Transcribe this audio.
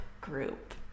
group